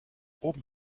oben